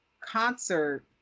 concert